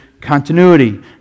continuity